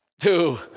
two